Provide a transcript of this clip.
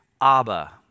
Abba